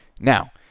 Now